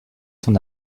son